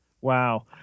Wow